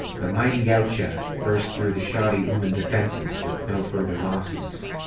the mighty yautja burst through the shoddy ooman defenses with no further losses.